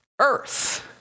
earth